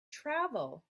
travel